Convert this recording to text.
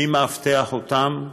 מי מאבטח אותן?